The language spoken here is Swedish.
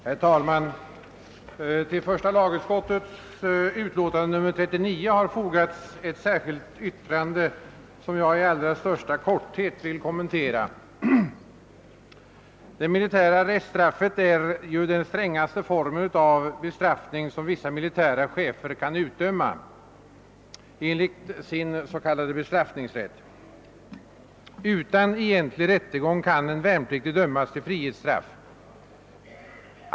Herr talman! Till första lagutskottets utlåtande nr 39 har fogats ett särskilt yttrande som jag i korthet vill kommentera. Det militära arreststraffet är ju den strängaste form av bestraffning som vissa militära chefer kan utdöma enligt. sin s.k. bestraffningsrätt. Utan egentlig rättegång kan en värnpliktig dömas till frihetsstraff.